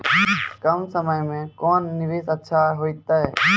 कम समय के कोंन निवेश अच्छा होइतै?